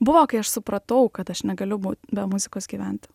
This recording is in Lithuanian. buvo kai aš supratau kad aš negaliu bū be muzikos gyventi